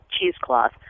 cheesecloth